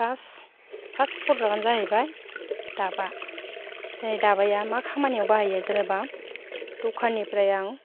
fast fast प्रदाक्टानो जाहैबाय दाबा दाबाया मा खामानियाव बाहायो जेनेबा दखाननिफ्राय आं